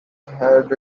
had